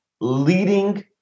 leading